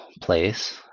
place